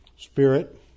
Spirit